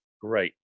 Great